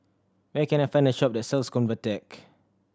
where can I find a shop that sells Convatec